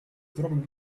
dropping